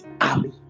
army